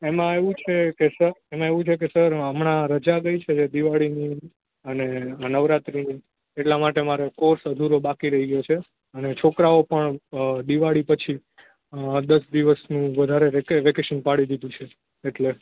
એમાં એવું છે કે સર એમાં એવું છે કે સર હમણાં રજા ગઈ એ દિવાળીની અને આ નવરાત્રિની એટલા માટે મારે કોર્સ અધૂરો બાકી રહી ગયો છે અને છોકરાઓ પણ દિવાળી પછી દશ દિવસનું વધારે વેકેશન પાડી દીધું છે એટલે